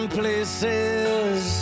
places